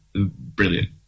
brilliant